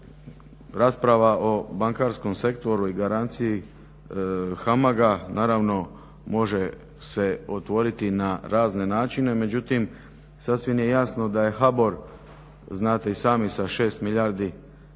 Rasprava o bankarskom sektoru i garanciji HAMAG-a naravno može se otvoriti na razne načine, međutim sasvim je jasno da je HBOR znate i sami sa 6 milijardi podigao